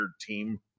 team